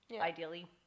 Ideally